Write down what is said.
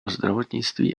zdravotnictví